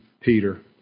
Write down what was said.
Peter